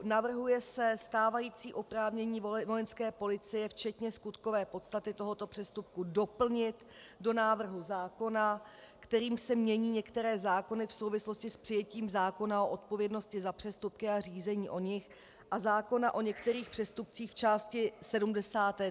Navrhuje se stávající oprávnění Vojenské policie včetně skutkové podstaty tohoto přestupku doplnit do návrhu zákona, kterým se mění některé zákony v souvislosti s přijetím zákona o odpovědnosti za přestupky a řízení o nich a zákona o některých přestupcích v části 73.